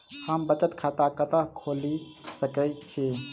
हम बचत खाता कतऽ खोलि सकै छी?